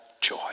joy